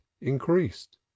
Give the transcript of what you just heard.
increased